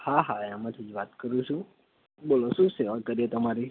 હા હા એમાંથી જ વાત કરું છું બોલો શું સેવા કરીએ તમારી